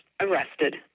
arrested